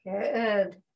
Good